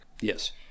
yes